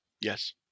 Yes